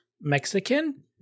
Mexican